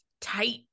tight